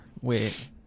wait